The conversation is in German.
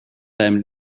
deinem